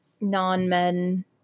non-men